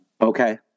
Okay